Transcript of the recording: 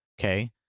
Okay